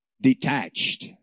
detached